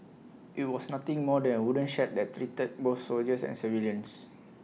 IT was nothing more than A wooden shed that treated both soldiers and civilians